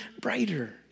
brighter